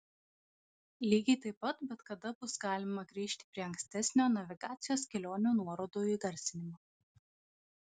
lygiai taip pat bet kada bus galima grįžti prie ankstesnio navigacijos kelionių nuorodų įgarsinimo